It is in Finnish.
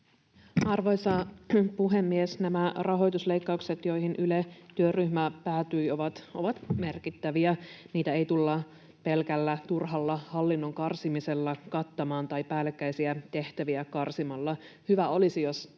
Arvoisa puhemies! Nämä rahoitusleikkaukset, joihin Yle-työryhmä päätyi, ovat merkittäviä. Niitä ei tulla kattamaan pelkällä turhan hallinnon karsimisella tai päällekkäisiä tehtäviä karsimalla. Hyvä olisi, jos